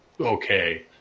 okay